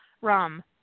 rum